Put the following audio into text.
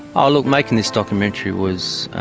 oh, look, making this documentary was